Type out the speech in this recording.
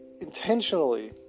intentionally